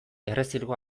errezilgo